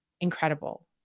incredible